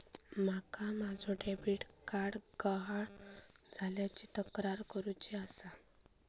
माका माझो debit card गहाळ झाल्याची तक्रार करुची आसा